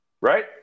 right